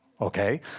Okay